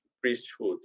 priesthood